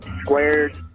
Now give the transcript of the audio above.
Squares